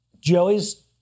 Joey's